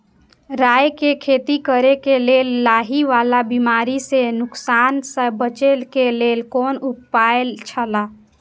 राय के खेती करे के लेल लाहि वाला बिमारी स नुकसान स बचे के लेल कोन उपाय छला?